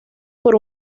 por